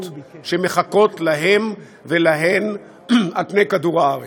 שמחכות להם ולהן על-פני כדור-הארץ.